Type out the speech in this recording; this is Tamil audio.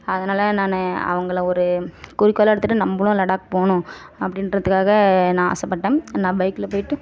அதனால் நான் அவங்கள ஒரு குறிக்கோளாக எடுத்துகிட்டு நம்மளும் லடாக் போகணும் அப்படின்றதுக்காக நான் ஆசைப்பட்டேன் நான் பைக்கில் போய்ட்டு